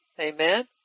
Amen